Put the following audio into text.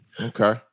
Okay